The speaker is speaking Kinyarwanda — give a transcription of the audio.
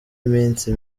iminsi